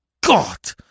God